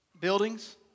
buildings